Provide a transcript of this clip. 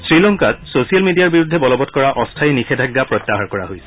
শ্ৰীলংকাত ছ'চিয়েল মিডিয়াৰ বিৰুদ্ধে বলৱৎ কৰা অস্থায়ী নিষেধাজ্ঞা প্ৰত্যাহাৰ কৰা হৈছে